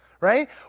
right